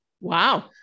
Wow